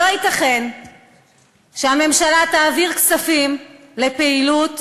לא ייתכן שהממשלה תעביר כספים לפעילות